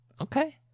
Okay